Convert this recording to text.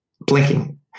Blinking